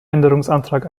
änderungsantrag